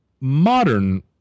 modern